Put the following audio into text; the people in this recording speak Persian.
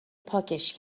پاکش